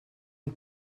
une